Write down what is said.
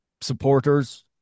supporters